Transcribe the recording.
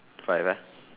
five uh